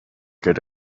get